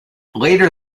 later